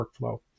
workflow